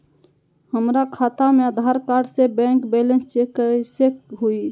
हमरा खाता में आधार कार्ड से बैंक बैलेंस चेक कैसे हुई?